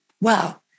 wow